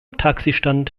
taxistand